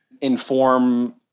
inform